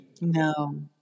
No